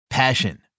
Passion